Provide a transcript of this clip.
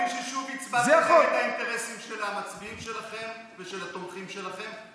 אני מבין ששוב הצבעתם נגד האינטרסים של המצביעים שלכם ושל התומכים שלהם,